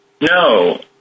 No